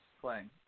playing